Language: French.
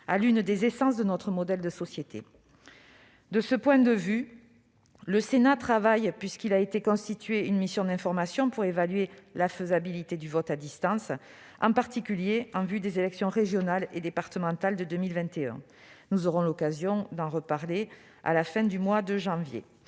à l'une des activités essentielles de notre modèle de société. Le Sénat y travaille, puisqu'il a constitué une mission d'information pour évaluer la faisabilité du vote par correspondance, en particulier en vue des élections régionales et départementales de 2021- nous aurons l'occasion d'en débattre à la fin du mois de janvier.